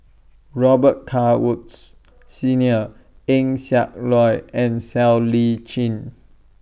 Robet Carr Woods Senior Eng Siak Loy and Siow Lee Chin